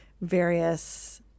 various